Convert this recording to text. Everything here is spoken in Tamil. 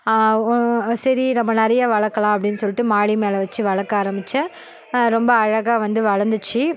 சரி நம்ம நிறைய வளர்க்கலாம் அப்படின் சொல்லிட்டு மாடி மேலே வச்சு வளர்க்க ஆரமிச்சேன் ரொம்ப அழகாக வந்து வளர்ந்துச்சி